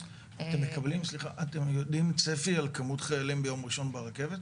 --- מקבלים צפי על כמות חיילים ביום ראשון ברכבת?